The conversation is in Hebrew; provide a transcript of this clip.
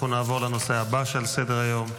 אנחנו נעבור לנושא הבא שעל סדר-היום,